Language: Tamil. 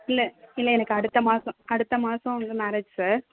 இல்லை இல்லை எனக்கு அடுத்த மாதம் அடுத்த மாதம் வந்து மேரேஜ் சார்